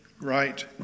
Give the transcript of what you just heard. right